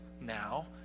now